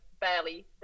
barely